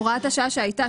הוראת השעה שהייתה,